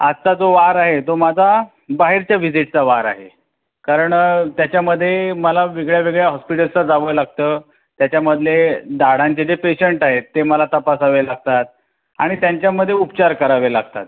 आजचा जो वार आहे तो माझा बाहेरच्या विजिटचा वार आहे कारण त्याच्यामध्ये मला वेगळ्या वेगळ्या हॉस्पिटल्सला जावं लागतं त्याच्यामधले दाढांचे जे पेशंट आहेत ते मला तपासावे लागतात आणि त्यांच्यामध्ये उपचार करावे लागतात